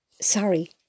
Sorry